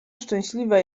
szczęśliwe